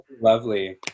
Lovely